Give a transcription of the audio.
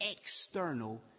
external